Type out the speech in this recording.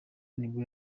nibwo